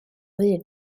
fudd